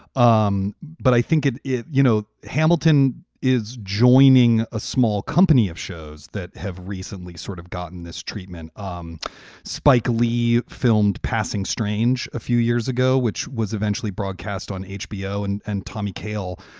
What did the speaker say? um but i think it is you know, hamilton is joining a small company of shows that have recently sort of gotten this treatment. um spike lee filmed passing strange a few years ago, which was eventually broadcast on hbo. and and tommy cale,